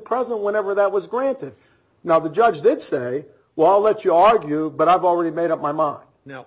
present whenever that was granted now the judge did say well let you argue but i've already made up my mind now